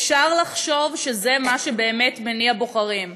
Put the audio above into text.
אפשר לחשוב שזה מה שבאמת מניע בוחרים.